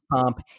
pump